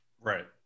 Right